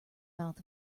mouth